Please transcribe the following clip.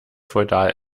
feudal